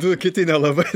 du kiti nelabai